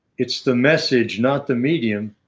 it's the message, not the medium.